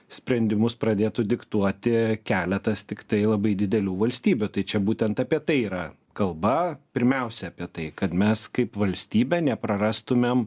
sprendimus pradėtų diktuoti keletas tiktai labai didelių valstybių tai čia būtent apie tai yra kalba pirmiausia apie tai kad mes kaip valstybė neprarastumėm